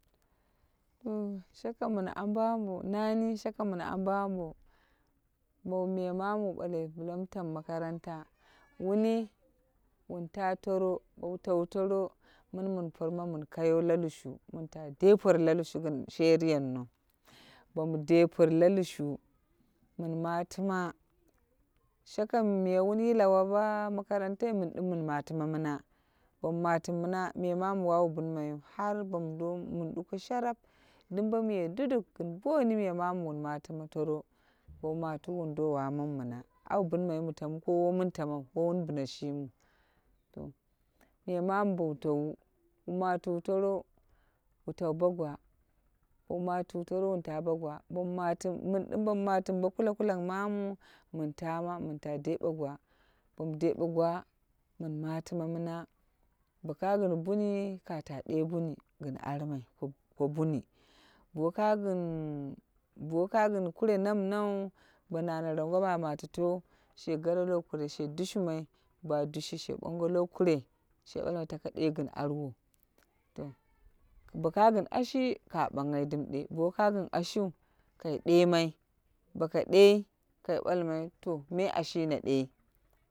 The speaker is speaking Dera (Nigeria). shaka mi min ambo ambo nani shaka min ambo mu bo miya mamu wu bale bla mu tamu makaranta, wuni wun ta toro bou tau toro mini min porma min kayo la lushu mun ta de pori la lushu ginm sheriyanno, bomu de pori la lushu min matima shaka miya wun yilawa bo makarantai min dim min matina mina. Bommati mi mina miya mamu wawu binmai har min duko sharap dum bomu ye duduk gin boni miya mamu wun matima toro, bou matiwu wun do wamamu mina au bin mi tamu ko wo min tamau, wo wun bina shimiu. To miya mamu bow dowu wu matuwo toro wu tau bo gwa bou matuwu toro wun ta bo gwa. Bom matimu, min dim bommu mati mu bo bala bala mamu min tama min ta debe gwa bomu debe gwa min matima mina bo ka gin buni ka ta de buyni gin armai ko buni, bo ka gin kure namnau bo nana rangi bo matuto she gare lo kure she dushimai ba dushe she bongo lo kurei she balmai tako de gin arwo. To boka gin ashi kai banghai dim de bo ka gin ashiu kai demai boka de kai balmaito me ashi na de.